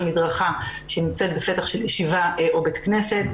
המדרכה שנמצאת בפתח של ישיבה או בית כנסת,